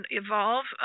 evolve